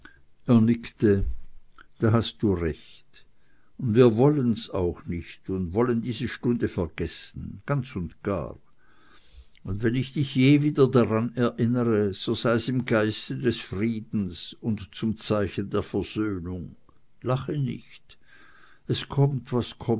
da hast du recht und wir wollen's auch nicht und wollen diese stunde vergessen ganz und gar und wenn ich dich je wieder daran erinnere so sei's im geiste des friedens und zum zeichen der versöhnung lache nicht es kommt